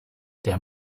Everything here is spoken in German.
der